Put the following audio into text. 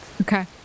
Okay